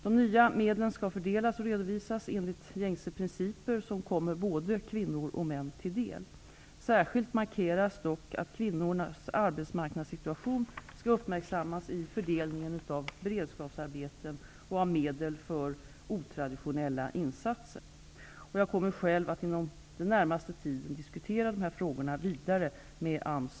De nya medlen skall fördelas och redovisas enligt gängse principer som kommer både kvinnor och män till del. Särskilt markeras dock att kvinnornas arbetsmarknadssituation skall uppmärksammas i fördelningen av beredskapsarbeten och medel för otraditionella insatser. Jag kommer själv att inom den närmaste tiden diskutera dessa frågor vidare med AMS